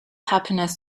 happiness